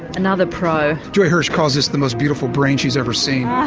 another pro. joy hirsch calls this the most beautiful brain she's ever seen. yeah